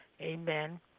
Amen